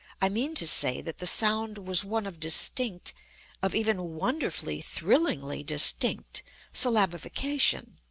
i mean to say that the sound was one of distinct of even wonderfully, thrillingly distinct syllabification.